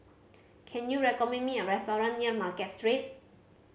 can you recommend me a restaurant near Market Street